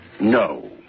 No